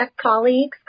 colleagues